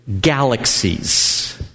galaxies